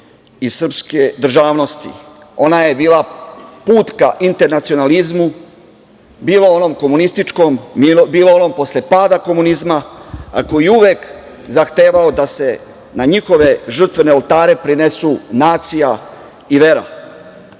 i srpske državnosti. Ona je bila put ka internacionalizmu, bilo onom komunističkom, bilo onom posle pada komunizma, a koji je uvek zahtevao da se na njihove žrtvene oltare prinesu nacija i vera